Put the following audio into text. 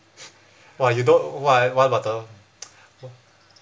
!wah! you don~ !wah! what about the